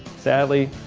sadly,